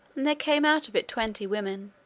and there came out of it twenty women,